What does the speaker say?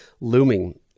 looming